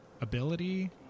ability